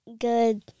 Good